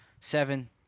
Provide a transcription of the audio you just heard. seven